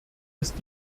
ist